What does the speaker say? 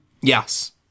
Yes